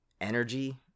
energy